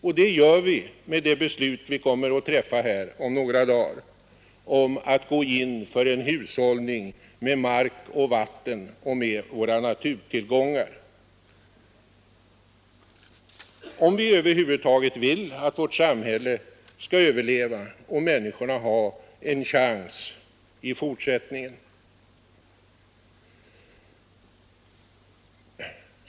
Och det gör vi med ett beslut om att gå in för en hushållning med mark och vatten och övriga naturtillgångar, alltså det beslut som vi kommer att fatta här om några dagar — och som vi måste fatta om vi över huvud taget vill att vårt samhälle skall överleva och människorna ha en chans i fortsättningen.